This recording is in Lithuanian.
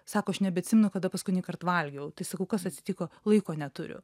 sako aš nebeatsimenu kada paskutinįkart valgiau tai sakau kas atsitiko laiko neturiu